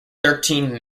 thirteen